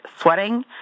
sweating